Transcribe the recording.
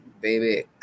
baby